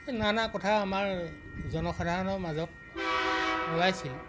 এই নানা কথা আমাৰ জনসাধাৰণৰ মাজত ওলাইছিল